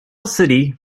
city